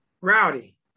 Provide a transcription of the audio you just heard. Rowdy